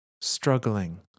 struggling